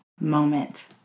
moment